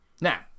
now